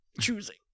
choosing